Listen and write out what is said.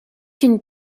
une